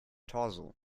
torso